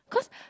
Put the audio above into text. cause